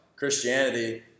Christianity